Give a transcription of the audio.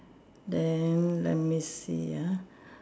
then let me see ah